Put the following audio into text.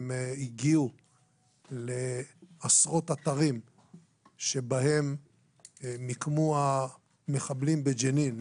הם הגיעו לעשרות אתרים שבהם מיקמו המחבלים בג'נין,